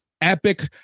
epic